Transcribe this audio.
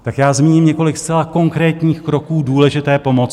Tak já zmíním několik zcela konkrétních kroků důležité pomoci.